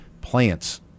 plants